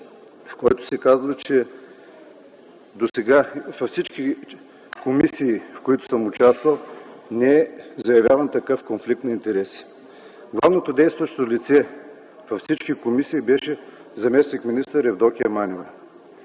в който се казва, че досега във всички комисии, в които съм участвал, не е заявяван такъв конфликт на интереси. Главното действащо лице във всички комисии беше заместник-министър Евдокия Манева.